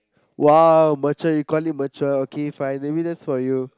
!wow! mature you call it mature okay fine maybe that's for you